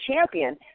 champion